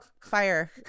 fire